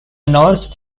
north